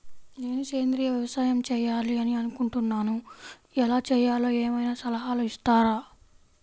నేను సేంద్రియ వ్యవసాయం చేయాలి అని అనుకుంటున్నాను, ఎలా చేయాలో ఏమయినా సలహాలు ఇస్తారా?